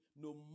No